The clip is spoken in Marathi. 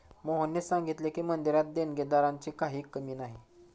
मोहनने सांगितले की, मंदिरात देणगीदारांची काही कमी नाही